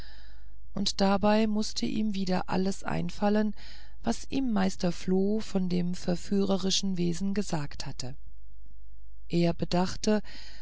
und dabei mußte ihm wieder alles einfallen was ihm meister floh von dem verführerischen wesen gesagt hatte er bedachte